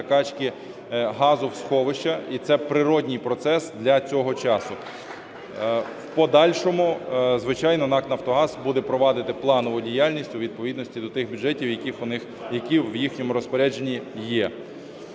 закачки газу в сховища, і це природній процес для цього часу. В подальшому, звичайно, НАК "Нафтогаз" буде проводити планову діяльність у відповідності до тих бюджетів, які в їхньому розпорядженні є.